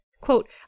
Quote